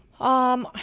um,